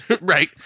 Right